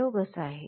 प्रयोग असा आहे